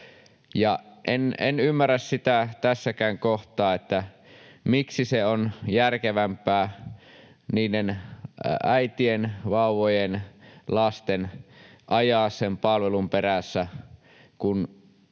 En ymmärrä tässäkään kohtaa, miksi on järkevämpää äitien, vauvojen ja lasten ajaa sen palvelun perässä, kun